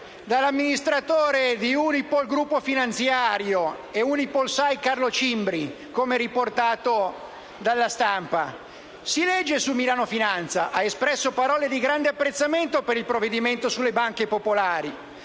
dell'amministratore di Unipol Gruppo Finanziario e UnipolSai, Carlo Cimbri, come riportate dalla stampa. Si legge, su «Milano Finanza» quest'ultimo ha espresso parole di grande apprezzamento per il provvedimento sulle banche popolari